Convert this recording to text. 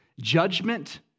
judgment